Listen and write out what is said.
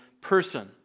person